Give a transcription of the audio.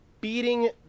beating